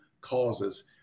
causes